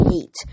hate